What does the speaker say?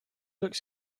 looks